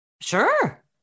Sure